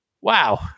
wow